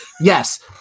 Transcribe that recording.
Yes